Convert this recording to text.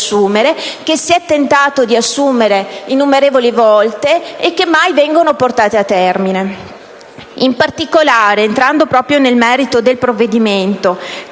che si è tentato di assumere innumerevoli volte e che mai sono state portate a termine. In particolare, entrando proprio nel merito del provvedimento,